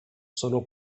sono